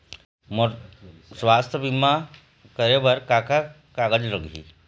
मोर स्वस्थ बीमा करे बर का का कागज लगही?